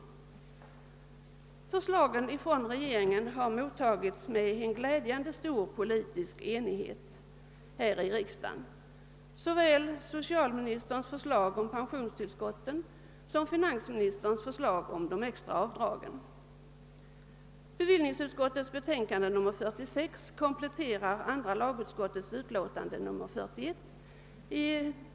Regeringens förslag har mottagits med glädjande stor politisk enighet här i riksdagen. Detta gäller såväl socialministerns förslag om pensionstillskotten som finansministerns om de extra avdragen. Bevillningsutskottets betänkande nr 46 kompletterar andra lagutskottets utlåtande nr 41.